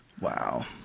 Wow